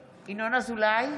אזולאי,